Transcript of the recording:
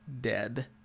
dead